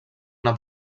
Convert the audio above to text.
una